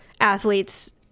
athletes